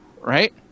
right